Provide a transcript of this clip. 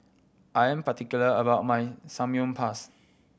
I am particular about my Samgyeopsal